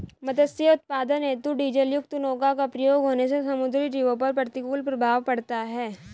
मत्स्य उत्पादन हेतु डीजलयुक्त नौका का प्रयोग होने से समुद्री जीवों पर प्रतिकूल प्रभाव पड़ता है